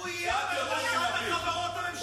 הוא איים על ראשת החברות הממשלתית.